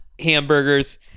hamburgers